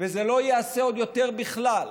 וזה לא ייעשה עוד יותר בכלל.